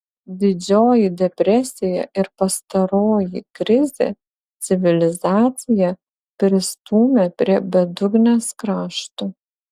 didžioji depresija ir pastaroji krizė civilizaciją pristūmė prie bedugnės krašto